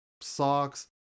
socks